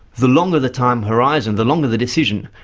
the longer the time horizon, the longer the decision,